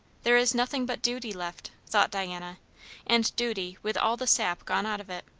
there is nothing but duty left, thought diana and duty with all the sap gone out of it.